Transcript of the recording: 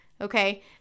Okay